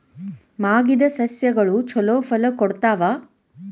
ಮಾಗಿದ್ ಸಸ್ಯಗಳು ಛಲೋ ಫಲ ಕೊಡ್ತಾವಾ?